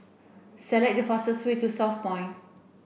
select the fastest way to Southpoint